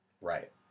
Right